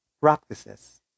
practices